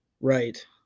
Right